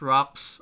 Rocks